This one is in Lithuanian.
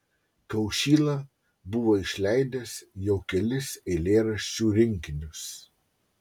kaušyla buvo išleidęs jau kelis eilėraščių rinkinius